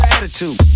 Attitude